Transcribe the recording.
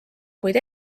kuid